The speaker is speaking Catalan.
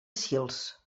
sils